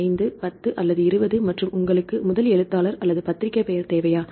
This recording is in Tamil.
510 அல்லது 20 மற்றும் உங்களுக்கு முதல் எழுத்தாளர் அல்லது பத்திரிகை பெயர் தேவையா